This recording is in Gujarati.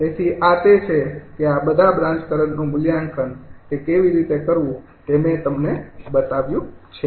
તેથી આ તે છે કે આ બધા બ્રાન્ચ કરંટનું મૂલ્યાંકન તે કેવી રીતે કરવું તે મેં તમને બતાવ્યું છે